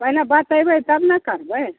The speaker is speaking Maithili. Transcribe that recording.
पहिने बतैबै तब ने करबै